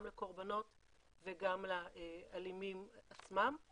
גם לקורבנות וגם לאלימים עצמם.